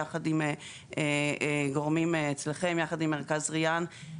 יחד עם גורמים אצלכם, יחד עם מרכז 'ריאן'.